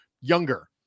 younger